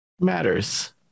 Matters